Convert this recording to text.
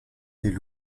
les